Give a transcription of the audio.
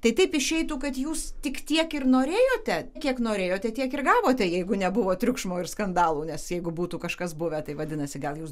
tai taip išeitų kad jūs tik tiek ir norėjote kiek norėjote tiek ir gavote jeigu nebuvo triukšmo ir skandalų nes jeigu būtų kažkas buvę tai vadinasi gal jūs